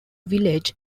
village